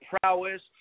prowess